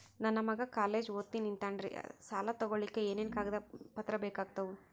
ನನ್ನ ಮಗ ಕಾಲೇಜ್ ಓದತಿನಿಂತಾನ್ರಿ ಅದಕ ಸಾಲಾ ತೊಗೊಲಿಕ ಎನೆನ ಕಾಗದ ಪತ್ರ ಬೇಕಾಗ್ತಾವು?